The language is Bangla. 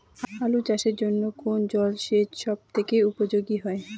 আলু চাষের জন্য কোন জল সেচ সব থেকে উপযোগী?